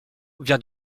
vient